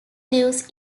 lives